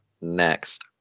next